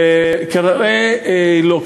לא,